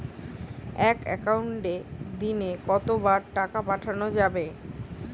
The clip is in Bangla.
এক একাউন্টে দিনে কতবার টাকা পাঠানো যাবে?